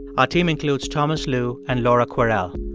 our team includes thomas lu and laura kwerel.